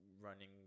running